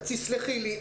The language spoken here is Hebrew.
--- תסלחי לי,